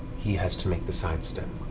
he has to make the side-step,